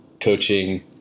coaching